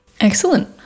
Excellent